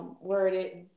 Worded